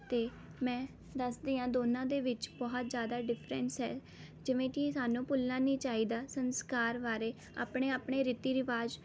ਅਤੇ ਮੈਂ ਦੱਸਦੀ ਹਾਂ ਦੋਨਾਂ ਦੇ ਵਿੱਚ ਬਹੁਤ ਜ਼ਿਆਦਾ ਡਿਫਰੈਂਸ ਹੈ ਜਿਵੇਂ ਕਿ ਸਾਨੂੰ ਭੁੱਲਣਾ ਨਹੀਂ ਚਾਹੀਦਾ ਸੰਸਕਾਰ ਬਾਰੇ ਆਪਣੇ ਆਪਣੇ ਰੀਤੀ ਰਿਵਾਜ਼